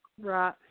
Right